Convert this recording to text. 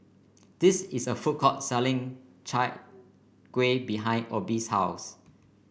this is a food court selling Chai Kueh behind Obie's house